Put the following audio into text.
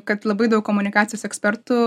kad labai daug komunikacijos ekspertų